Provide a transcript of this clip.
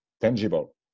tangible